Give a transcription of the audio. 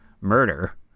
murder